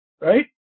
right